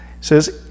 says